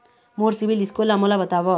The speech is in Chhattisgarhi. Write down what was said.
मोर सीबील स्कोर ला मोला बताव?